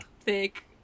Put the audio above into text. thick